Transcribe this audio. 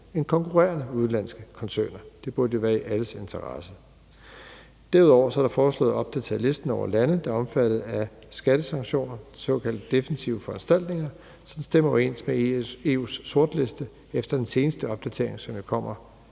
end konkurrerende udenlandske koncerner. Det burde jo være i alles interesse. Derudover er det foreslået at opdatere listen over lande, der er omfattet af skattesanktioner, altså de såkaldte defensive foranstaltninger, så den stemmer overens med EU's sortliste efter den seneste opdatering, som jo kommer